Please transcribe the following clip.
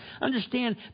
Understand